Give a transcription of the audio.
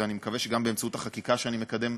ואני מקווה שגם באמצעות החקיקה שאני מקדם,